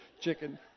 chicken